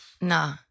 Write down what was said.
Nah